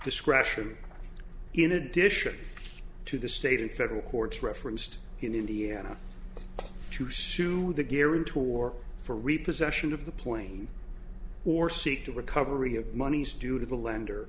discretion in addition to the state and federal courts referenced in indiana to sue the guarantor for repossession of the plane or seek to recovery of monies due to the lender